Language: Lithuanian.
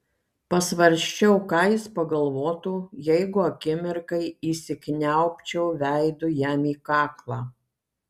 pasvarsčiau ką jis pagalvotų jeigu akimirkai įsikniaubčiau veidu jam į kaklą